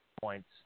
points